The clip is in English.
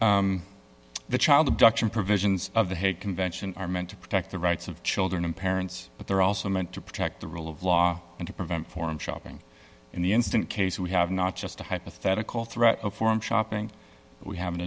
much the child abduction provisions of the hague convention are meant to protect the rights of children and parents but they're also meant to protect the rule of law and to prevent forum shopping in the instant case we have not just a hypothetical threat of forum shopping we have